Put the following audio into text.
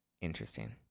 Interesting